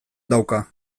dauka